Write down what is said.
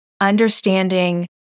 understanding